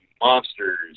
monsters